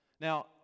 Now